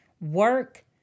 Work